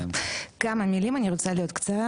כמה מילים אני רוצה להיות קצרה,